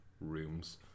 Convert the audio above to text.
rooms